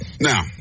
Now